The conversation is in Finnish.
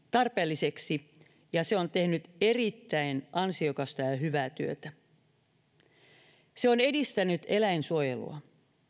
tarpeelliseksi ja on tehnyt erittäin ansiokasta ja hyvää työtä se on edistänyt eläinsuojelua